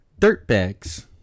dirtbags